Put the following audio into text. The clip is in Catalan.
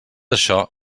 això